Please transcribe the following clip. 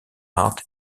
art